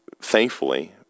thankfully